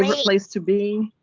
and place to be.